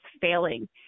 failing